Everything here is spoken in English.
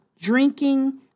drinking